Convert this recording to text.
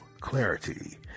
clarity